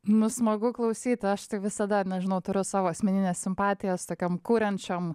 nu smagu klausyt aš tai visada nežinau turiu savo asmenines simpatijas tokiom kuriančiom